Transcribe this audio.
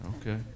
Okay